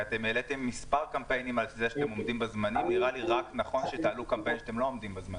כי אתם העליתם מספר קמפיינים על זה שאתם עומדים בזמנים,